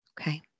Okay